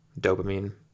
dopamine